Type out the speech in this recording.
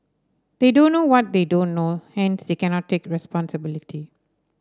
they don't know what they don't know hence they cannot take responsibility